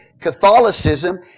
Catholicism